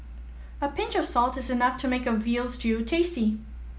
a pinch of salt is enough to make a veal stew tasty